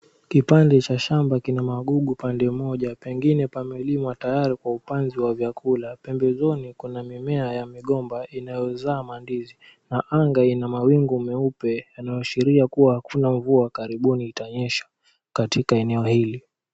Kipande cha shamba kina magugu pande mmoja pengine pameliwa tayari kwa upanzi wa chakula. Pembezoni kuna mimea ya migomba inayo zaa mandizi na anga ina mawingu nyeupe inayo ashiria kuwa hakuna mvua karibuni itanyesha katika eneo hili.